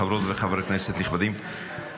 חברות וחברי כנסת נכבדים,